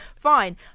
fine